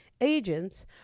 Agents